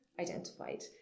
identified